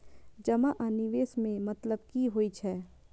जमा आ निवेश में मतलब कि होई छै?